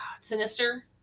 Sinister